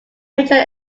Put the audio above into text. major